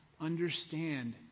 understand